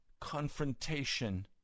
confrontation